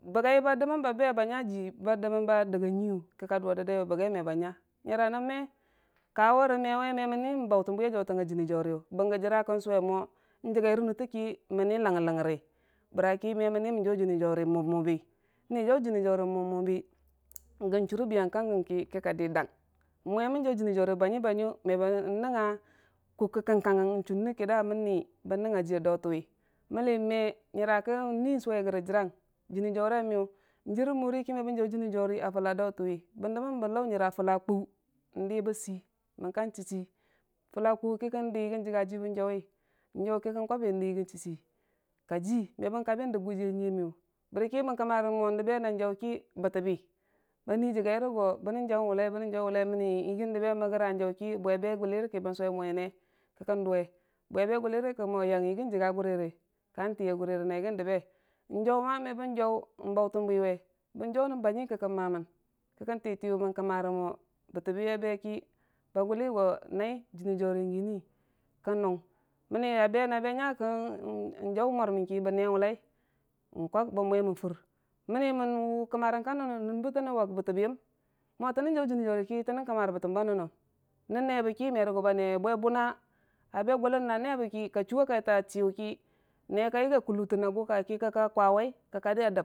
bəgai ba dəmən ba be a nya jii ba dəmən ba digga nyui, kəka du a dəddaiyu, bəggai me ba nya, nyəra nən me kawe rə me wi, me mən nii bautən bwi a jautang a jiini jauriya bəge jira kən suwe mo n'jigai nən nutte ki mən nii langgər- langgəri, bəra ki me mən nii jare jiini jauri mub- mubbi, nii jau jiini jauri mub- mubbi gə chare biyang ka gəyən kə ka di dang, mukai mən jau jiini jauri bani baniya me bən nəngnga kukkə kəgkanggən n'channe kəda mənni bən nəngnga jiya dautənwi, mənni me nyəra kən nui n'suwe gəre jirang jiini jaura miyu n'jir rə moriki, me bən jau jiini jauri nyəra ka dautən rəgəna, bən dəmmən bə lau nyəra fulla kwauwi n'diba sei, mənka chii chii fulla kwale kəkkən dii n'jiga jii bən jauwi n'jauki, kə kən kwabi n'yigi chii chii kaji me bən kwabi dig kujii a nyuiya miyu bə ki mən kəmmare mo dəbe na jauki bəttə bi ba nu, jigai re go bənnən jau wullai, məni n'yigi mə gra n'jauki bwe be gulliriki bən suwe mo yənme, kəkkən duwe, bwe be gulliri ki mo yigi a jiga gurere, ka tiya gurere na yigi dəbe n'jauma me bən jau n'bautən bwiwe bən jau nən bani kəkkən ma mən, kəkkən tiiti mən kəmmare mo bəttibi a beki ba gullo go nai jiini jauri bwinne, kə kənnung, mənni na be a be nya kən jau mwormənki bənne wullai, n'kwak bən mwemən fur mənni mən wu kəmmarang ka nən nəng nən bətənnən wak bəttəbiyəm mo tənnən jau jəni jauriki tənnən kəmma rə bəttəmba nənnəm, nən ne bəki, me guba newi, bwe buna, a be gullən na ne biki, ka chu a kaita chiyuki ne ka yigi a kalutənna wai ki kəkka kwai wai kəka yigi a dəb.